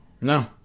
No